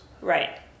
right